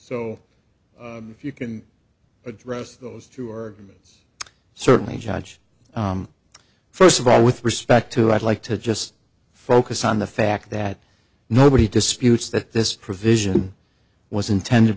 if you can address those two arguments certainly judge first of all with respect to i'd like to just focus on the fact that nobody disputes that this provision was intended